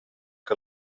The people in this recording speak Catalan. que